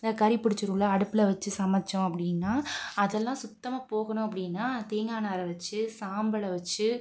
அந்த கரி பிடிச்சிரும்ல அடுப்பில் வச்சி சமைச்சோம் அப்படினா அதெல்லாம் சுத்தமாக போகணும் அப்படினா தேங்காய் நாரை வச்சு சாம்பலை வச்சு